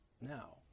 now